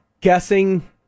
guessing